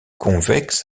convexe